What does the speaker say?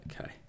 okay